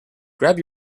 grab